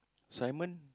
Simon